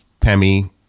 PEMI